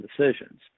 decisions